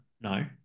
no